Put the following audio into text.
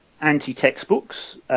anti-textbooks